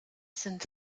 sind